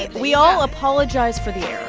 and we all apologize for the